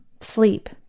sleep